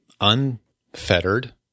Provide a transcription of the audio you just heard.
unfettered